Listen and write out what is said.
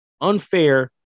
unfair